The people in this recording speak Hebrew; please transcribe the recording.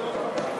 חקיקה),